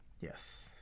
Yes